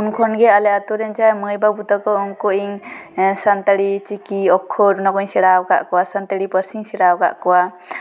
ᱩᱱ ᱠᱷᱚᱱᱜᱮ ᱟᱞᱮ ᱟᱹᱛᱩ ᱨᱮᱱ ᱢᱟᱹᱭ ᱢᱟᱹᱵᱩ ᱛᱟᱠᱚ ᱩᱱᱠᱩ ᱤᱧ ᱥᱟᱱᱛᱟᱲᱤ ᱪᱤᱠᱤ ᱚᱠᱠᱷᱚᱨ ᱚᱱᱟ ᱠᱚᱸᱧ ᱥᱮᱬᱟ ᱟᱠᱟᱫ ᱠᱚᱣᱟ ᱥᱟᱱᱛᱟᱲᱤ ᱯᱟᱹᱨᱥᱤᱧ ᱥᱮᱬᱟᱣᱟᱠᱟᱫ ᱠᱚᱣᱟ